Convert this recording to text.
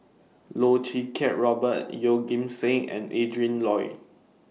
Loh Choo Kiat Robert Yeoh Ghim Seng and Adrin Loi